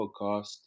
Podcast